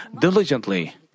diligently